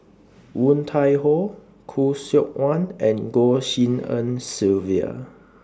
Woon Tai Ho Khoo Seok Wan and Goh Tshin En Sylvia